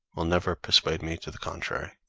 will never persuade me to the contrary!